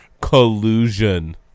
collusion